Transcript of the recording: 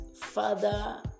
Father